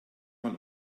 mal